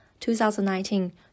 2019